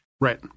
Right